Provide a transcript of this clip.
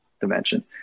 dimension